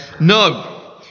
No